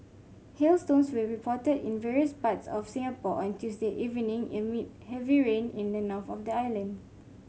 hailstones were reported in various parts of Singapore on Tuesday evening amid heavy rain in the north of the island